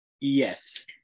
Yes